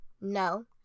No